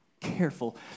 careful